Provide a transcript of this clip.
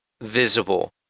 visible